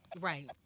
Right